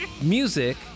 music